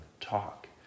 talk